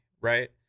right